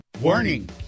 Warning